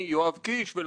הפקת מסקנות